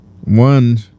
one